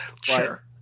Sure